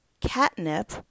catnip